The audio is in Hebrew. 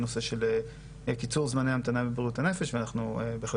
הנושא של קיצור זמני המתנה בבריאות הנפש ואנחנו בהחלט